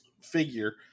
figure